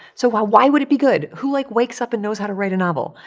so why why would it be good? who, like, wakes up and knows how to write a novel?